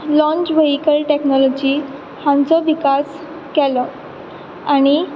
launch vehicle technology हांचो विकास केलो आनी